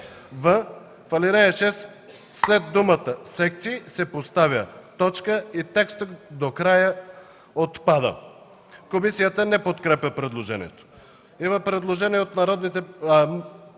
в ал. 6 след думата „секции” се поставя точка и текстът до края отпада.” Комисията не подкрепя предложението. Има предложение от госпожа